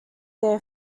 their